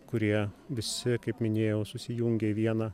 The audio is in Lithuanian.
kurie visi kaip minėjau susijungia į vieną